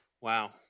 Wow